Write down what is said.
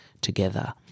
together